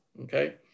okay